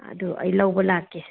ꯑꯗꯨ ꯑꯩ ꯂꯧꯕ ꯂꯥꯛꯀꯦ